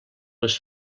les